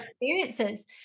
experiences